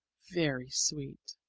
very sweet.